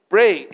Pray